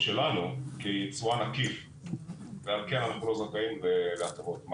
שלנו כיצואן עקיף ועל כן אנחנו לא זכאים להטבות מס,